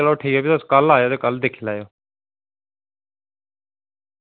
ओह् ठीक ऐ भी तुस कल्ल आएओ ते कल्ल दिक्खी लैएओ